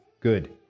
good